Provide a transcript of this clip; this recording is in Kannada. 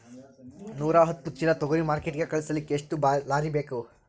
ನೂರಾಹತ್ತ ಚೀಲಾ ತೊಗರಿ ಮಾರ್ಕಿಟಿಗ ಕಳಸಲಿಕ್ಕಿ ಎಷ್ಟ ಲಾರಿ ಬೇಕು?